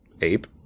ape